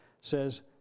says